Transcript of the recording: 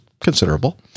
considerable